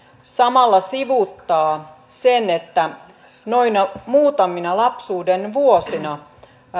samalla sivuuttaa sen että noina muutamina lapsuuden vuosina